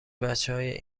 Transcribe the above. بچههای